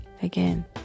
Again